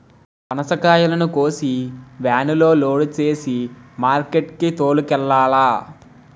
పనసకాయలను కోసి వేనులో లోడు సేసి మార్కెట్ కి తోలుకెల్లాల